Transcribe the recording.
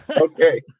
Okay